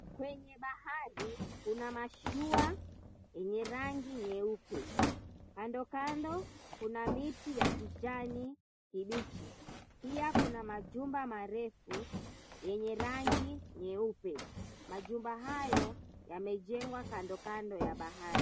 Kwenye bahari, kuna mashua yenye rangi nyeupe. Kando kando kuna miti ya kijani kibichi. Pia kuna majumba marefu yenye rangi nyeupe. Majumba hayo yamejengwa kando kando ya bahari.